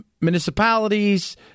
municipalities